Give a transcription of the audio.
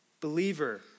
believer